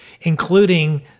including